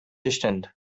distant